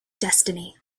destiny